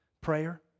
prayer